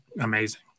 amazing